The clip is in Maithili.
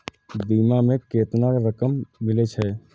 बीमा में केतना रकम मिले छै?